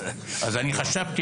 אז אני חשבתי,